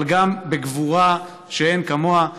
אבל גם בגבורה שאין כמוה.